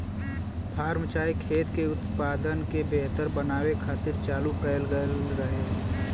form चाहे खेत के उत्पादन के बेहतर बनावे खातिर चालू कएल गएल रहे